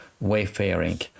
wayfaring